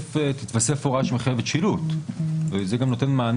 שתתווסף גם הוראה שמחייבת שילוט, שזה נותן מענה